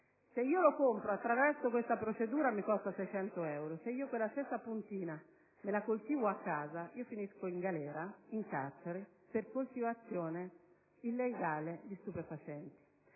se io lo compro attraverso questa procedura mi costa 600 euro; se io quella stessa pianta la coltivo a casa finisco in carcere per coltivazione illegale di stupefacenti.